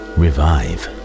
revive